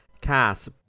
Cass